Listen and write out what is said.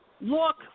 look